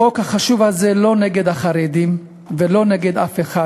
החוק החשוב הזה הוא לא נגד החרדים ולא נגד אף אחד.